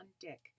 Dick